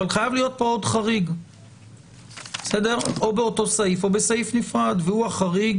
אבל להיות פה עוד חריג או באותו סעיף או בסעיף נפרד והוא החריג